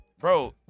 Bro